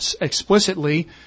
explicitly